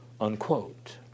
unquote